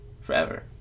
forever